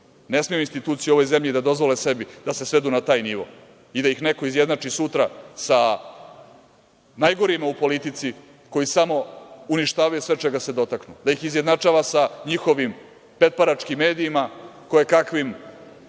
smeju institucije u ovoj zemlji da dozvole sebi da se svedu na taj nivo i da ih neko izjednači sutra sa najgorima u politici koji samo uništavaju sve čega se dotaknu, da ih izjednačava sa njihovim petparačkim medijima, koje kakvim